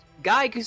Guy